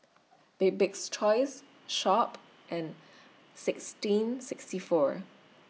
Bibik's Choice Sharp and sixteen sixty four